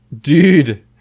Dude